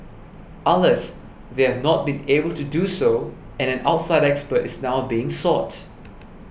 Alas they have not been able to do so and an outside expert is now being sought